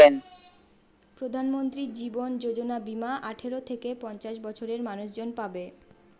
প্রধানমন্ত্রী জীবন যোজনা বীমা আঠারো থেকে পঞ্চাশ বছরের মানুষজন পাবে